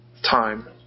Time